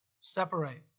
separate